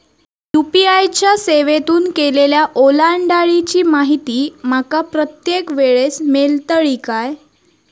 UPI च्या सेवेतून केलेल्या ओलांडाळीची माहिती माका प्रत्येक वेळेस मेलतळी काय?